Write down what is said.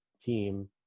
team